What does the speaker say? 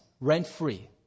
rent-free